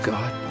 God